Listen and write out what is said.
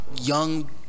young